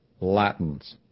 Latins